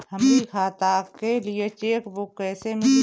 हमरी खाता के लिए चेकबुक कईसे मिली?